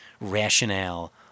rationale